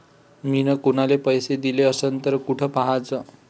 मिन कुनाले पैसे दिले असन तर कुठ पाहाचं?